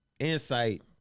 Insight